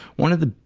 one of the,